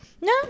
no